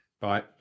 Bye